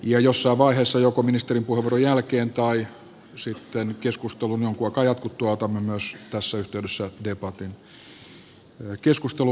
jossain vaiheessa joko ministerin puheenvuoron jälkeen tai sitten keskustelun jonkin aikaa jatkuttua otamme myös debatin